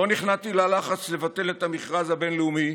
לא נכנעתי ללחץ לבטל את המכרז הבין-לאומי,